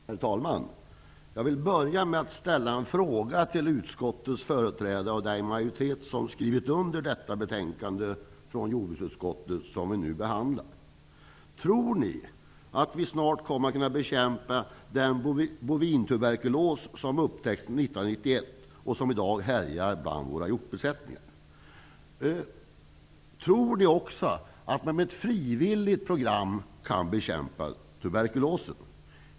Herr talman! Jag vill börja med att ställa en fråga till utskottets företrädare och den majoritet som skrivit under det betänkande från jordbruksutskottet som nu behandlas: Tror ni att vi snart kommer att kunna bekämpa den bovintuberkulos som upptäcktes 1991 och som i dag härjar bland våra hjortbesättningar? Tror ni också att man med ett frivilligt program kan bekämpa tuberkulosen?